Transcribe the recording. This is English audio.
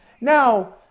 Now